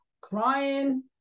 crying